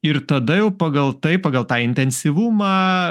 ir tada jau pagal tai pagal tą intensyvumą